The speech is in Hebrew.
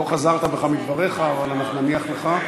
לא חזרת בך מדבריך, אבל אנחנו נניח לך.